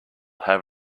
have